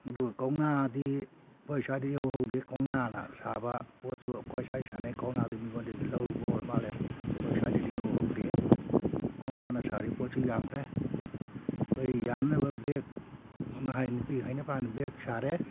ꯑꯗꯨꯒ ꯀꯧꯅꯥꯗꯤ ꯑꯩꯈꯣꯏ ꯁ꯭ꯋꯥꯏꯗ ꯏꯍꯧ ꯍꯧꯗꯦ ꯀꯧꯅꯥꯅ ꯁꯥꯕ ꯄꯣꯠꯁꯨ ꯑꯩꯈꯣꯏ ꯁ꯭ꯋꯥꯏ ꯁꯥꯅꯩ ꯀꯧꯅꯥꯗꯨ ꯃꯤꯉꯣꯟꯗꯒꯤ ꯂꯧꯔꯨꯕ ꯑꯣꯏꯔ ꯃꯥꯟꯂꯦ ꯑꯩꯈꯣꯏ ꯁ꯭ꯋꯥꯏꯗꯗꯤ ꯏꯍꯧ ꯍꯧꯗꯦ ꯀꯧꯅꯥꯅ ꯁꯥꯔꯤ ꯄꯣꯠꯁꯤ ꯌꯥꯝꯈ꯭ꯔꯦ ꯑꯩꯈꯣꯏ ꯌꯥꯟꯅꯕ ꯕꯦꯒ ꯑꯅ ꯍꯥꯏ ꯅꯨꯄꯤꯒꯤ ꯍꯥꯏꯅ ꯄꯥꯟꯕ ꯕꯦꯒ ꯁꯥꯔꯦ